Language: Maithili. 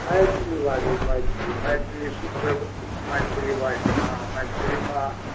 मैथिली बाजू मैथिली मैथिली शुद्ध मैथिली बाजू हँ मैथिलीमे